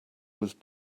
was